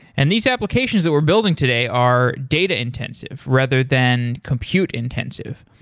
and these applications that we're building today are data intensive, rather than compute intensive.